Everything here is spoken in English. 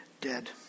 dead